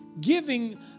giving